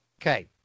Okay